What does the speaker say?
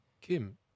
Kim